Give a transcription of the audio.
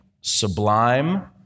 sublime